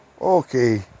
Okay